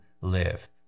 live